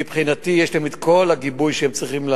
מבחינתי יש להם כל הגיבוי שהם צריכים.